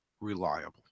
reliable